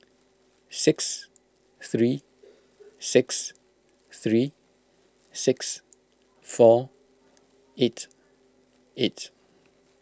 six three six three six four eight eight